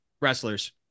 wrestlers